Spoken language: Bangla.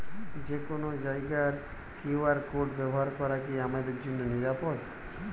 যে কোনো জায়গার কিউ.আর কোড ব্যবহার করা কি আমার জন্য নিরাপদ?